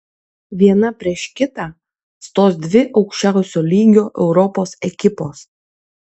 viena prieš kitą stos dvi aukščiausio lygio europos ekipos